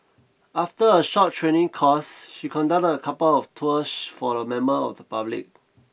after a short training course she conducted a couple of tours for a member of the public